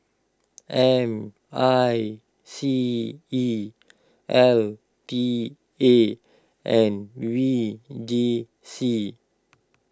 M I C E L T A and V J C